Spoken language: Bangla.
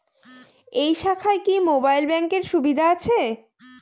এই শাখায় কি মোবাইল ব্যাঙ্কের সুবিধা আছে?